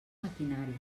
maquinari